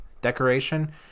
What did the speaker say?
decoration